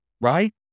right